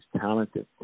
Talented